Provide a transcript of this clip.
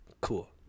Cool